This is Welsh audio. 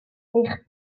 eich